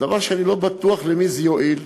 בדבר שאני לא בטוח למי זה יועיל,